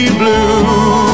blue